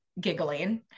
giggling